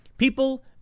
people